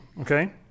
Okay